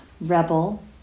rebel